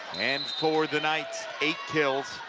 and for the night, eight kills